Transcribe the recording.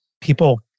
people